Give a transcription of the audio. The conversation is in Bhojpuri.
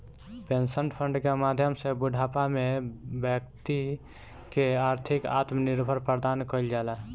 पेंशन फंड के माध्यम से बूढ़ापा में बैक्ति के आर्थिक आत्मनिर्भर प्रदान कईल जाला